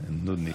ואטורי.